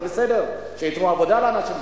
זה בסדר שייתנו עבודה לאנשים,